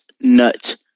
nut